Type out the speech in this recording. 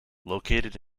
located